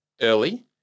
early